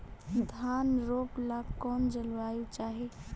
धान रोप ला कौन जलवायु चाही?